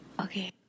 Okay